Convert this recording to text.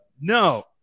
No